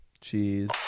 cheese